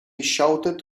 shouted